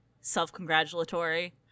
self-congratulatory